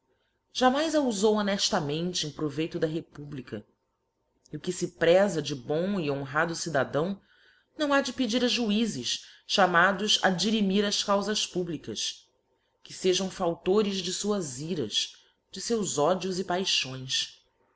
a ufou honeftamente em proveito da republica e o que fe prefa de bom e honrado cidadão não ha de pedir a juizes chamados a dirimir as caufas publicas que fejam fautores de fuás iras de feus ódios e paixões